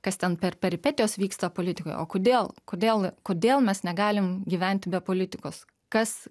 kas ten per peripetijos vyksta politikoj o kodėl kodėl kodėl mes negalim gyventi be politikos kas